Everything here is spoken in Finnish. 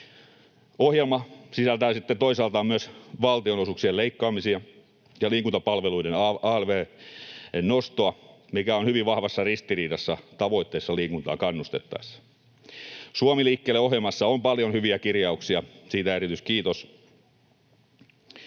Ohjelma sisältää sitten toisaalta myös valtionosuuksien leikkaamisia ja liikuntapalveluiden alv:n nostoa, mikä on hyvin vahvassa ristiriidassa liikuntaan kannustamisen tavoitteen kanssa. Suomi liikkeelle -ohjelmassa on paljon hyviä kirjauksia — siitä erityiskiitos